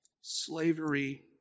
Slavery